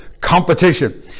Competition